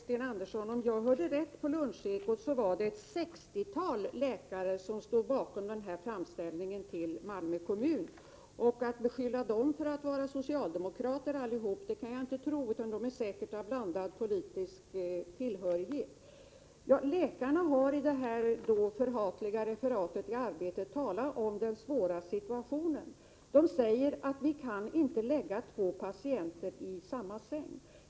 Fru talman! Om jag hörde rätt stod enligt Lunchekot ett sextiotal läkare bakom den här framställningen till Malmö kommun. Att de alla skulle vara socialdemokrater kan jag inte riktigt tro, utan de har säkert olika politisk tillhörighet. Läkarna i detta förhatliga referat i Arbetet talade om den svåra situationen. De säger att de inte kan lägga två patienter i samma säng.